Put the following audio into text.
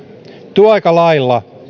työaikalailla